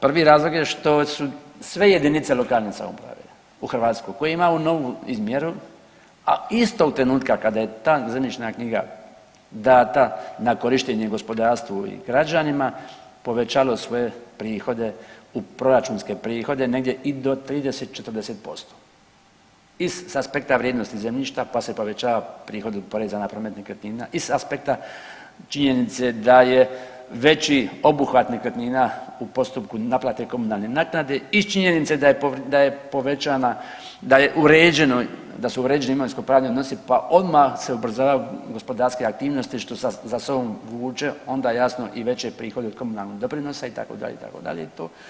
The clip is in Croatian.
Prvi razlog je što su sve JLS u Hrvatskoj koje imaju novu izmjeru, a istog trenutka kada je ta zemljišna knjiga data na korištenje gospodarstvu i građanima povećalo svoje prihode, proračunske prihode negdje i do 30-40% iz, s aspekta vrijednosti zemljišta, pa se povećava prihodi poreza na promet nekretnina i s aspekta činjenice da je veći obuhvat nekretnina u postupku naplate komunalne naknade i iz činjenice da je povećana, da je uređena, da su uređeni imovinskopravni odnos, pa odmah se ubrzavaju gospodarske aktivnosti što za sobom vuče onda jasno i veće prihode od komunalnog doprinosa itd., itd. i to.